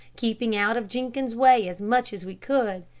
keeping out of jenkins' way as much as we could,